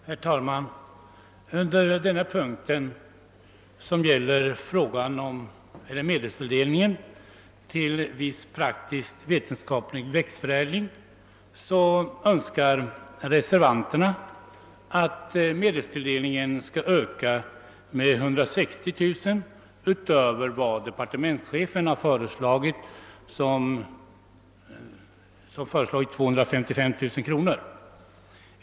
Herr talman! Under denna punkt, som gäller medelstilldelningen till viss praktiskt vetenskaplig växtförädling, yrkar reservanterna att anslaget räknas upp med 160 000 kronor utöver vad departementschefen föreslagit, 255 000 kronor.